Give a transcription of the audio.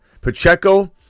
Pacheco